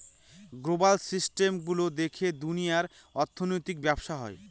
global system গুলো দেখে দুনিয়ার অর্থনৈতিক ব্যবসা হয়